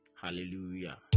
Hallelujah